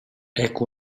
ecco